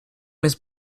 miss